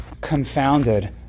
confounded